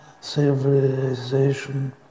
civilization